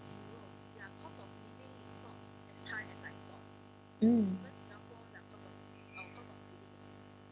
mm